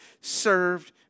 served